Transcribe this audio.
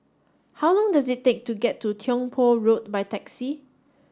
how long does it take to get to Tiong Poh Road by taxi